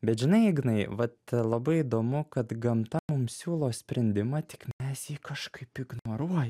bet žinai ignai vat labai įdomu kad gamta mums siūlo sprendimą tik mes jį kažkaip ignoruojam